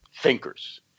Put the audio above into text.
thinkers